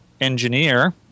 engineer